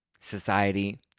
society